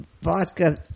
vodka